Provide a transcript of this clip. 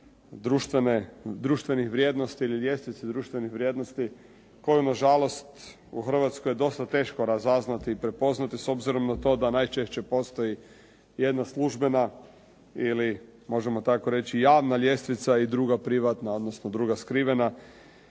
društvenih vrijednosti ili ljestvice društvenih vrijednosti koju je nažalost u Hrvatskoj dosta teško razaznati i prepoznati. S obzirom na to da najčešće postoji jedna službena ili možemo tako reći javna ljestvica i druga privatna odnosno druga skrivena,